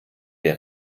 der